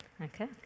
Okay